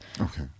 okay